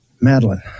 Madeline